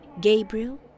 Gabriel